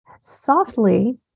softly